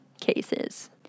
cases